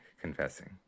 confessing